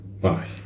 Bye